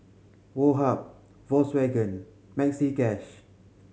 Woh Hup Volkswagen Maxi Cash